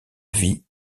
vie